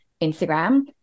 Instagram